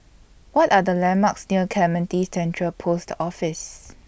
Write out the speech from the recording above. What Are The landmarks near Clementi Central Post Office